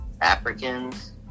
Africans